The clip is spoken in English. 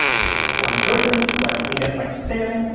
i'm just one person so i don't need that much salmon,